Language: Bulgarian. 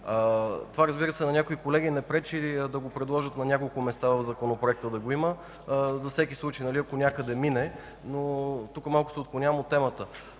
Това не пречи някои колеги да го предлагат на няколко места в Законопроекта – да го има за всеки случай, ако някъде мине. Тук малко се отклоних от темата.